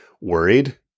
worried